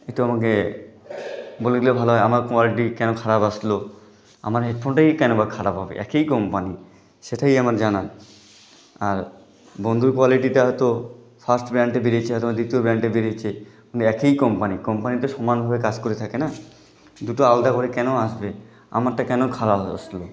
একটু আমাকে বলে দিলে ভালো হয় আমার কোয়ালিটি কেন খারাপ আসলো আমার হেডফোনটাই কেন বা খারাপ হবে একই কোম্পানি সেটাই আমার জানার আর বন্ধুর কোয়ালিটিটা হয়তো ফার্স্ট ব্র্যাণ্ডে বেরিয়েছে হয়তো বা দ্বিতীয় ব্র্যাণ্ডে বেরিয়েছে কিন্তু একই কোম্পানি কোম্পানি তো সমানভাবে কাজ করে থাকে না দুটো আলদা করে কেন আসবে আমারটা কেন খারাপ ভাবে আসলো